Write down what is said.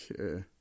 Okay